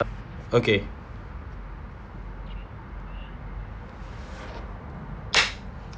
okay